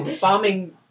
Bombing